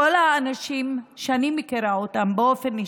כל האנשים שאני מכירה באופן אישי,